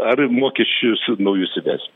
ar mokesčius naujus įvesim